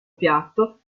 piatto